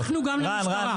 הלכנו גם למשטרה.